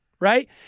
right